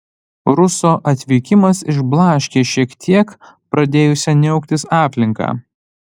ruso atvykimas išblaškė šiek tiek pradėjusią niauktis aplinką